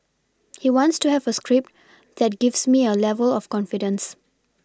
he wants to have a script that gives me a level of confidence